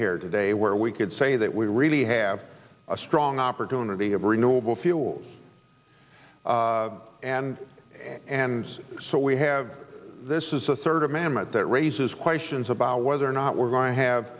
here today where we could say that we really have a strong opportunity of renewable fuel and and so we have this is a third a mammoth that raises questions about whether or not we're going to have